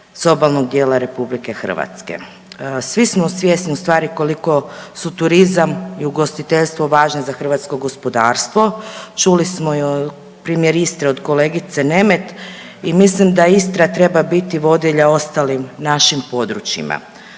obalnog dijela Republike Hrvatske. Svi smo svjesni ustvari koliko su turizam i ugostiteljstvo važni za hrvatsko gospodarstvo. Čuli smo i primjer Istre od kolegice Nemet i mislim da Istra treba biti vodilja ostalim našim područjima.